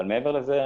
מעבר לזה,